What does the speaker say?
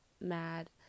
mad